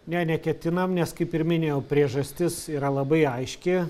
ne neketinam nes kaip ir minėjau priežastis yra labai aiški